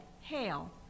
Hail